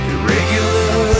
Irregular